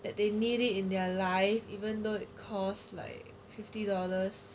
that they need it in their life even though it cost like fifty dollars